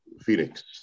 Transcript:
Phoenix